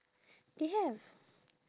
they have